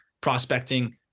prospecting